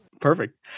Perfect